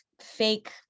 fake